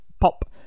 pop